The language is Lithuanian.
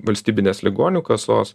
valstybinės ligonių kasos